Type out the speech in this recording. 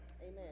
Amen